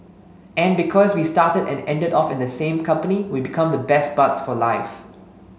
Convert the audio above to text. and because we started and ended off in the same company we become the best buds for life